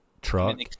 truck